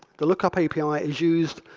the lookup api ah is used